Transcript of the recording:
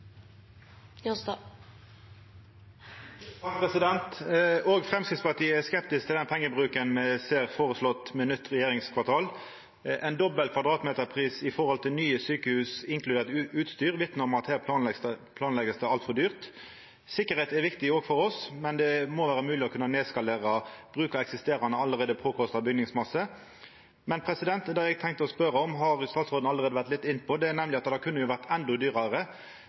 skeptisk til pengebruken me ser føreslått med nytt regjeringskvartal. Ein dobbel kvadratmeterpris i forhold til nye sjukehus inkludert utstyr vitnar om at her blir det planlagt altfor dyrt. Tryggleik er viktig òg for oss, men det må vera mogleg å kunna nedskalera og bruka eksisterande og allereie påkosta bygningsmasse. Det eg tenkte å spørja om, har statsråden allereie vore litt inne på, nemleg at det kunne jo ha vore endå dyrare.